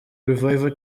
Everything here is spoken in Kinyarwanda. revival